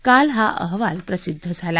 काल हा अहवाल प्रसिद्ध झाला